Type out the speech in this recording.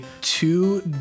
two